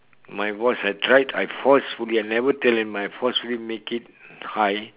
my voice I tried I forcefully I never tell them I forcefully make it high